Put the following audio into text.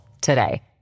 today